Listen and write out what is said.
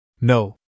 No